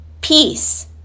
Peace